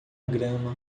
grama